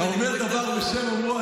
האומר דבר בשם אומרו,